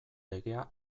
legea